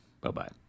Bye-bye